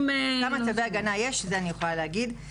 כמה צווי הגנה יש, את זה אני יכולה להגיד.